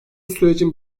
sürecin